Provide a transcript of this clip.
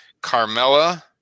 Carmella